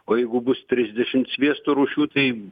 o jeigu bus trisdešimt sviesto rūšių tai